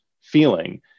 feeling